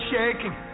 shaking